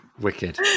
wicked